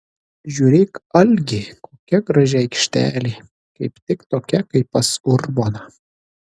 žiūrėk algi kokia graži aikštelė kaip tik tokia kaip pas urboną